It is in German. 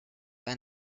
bei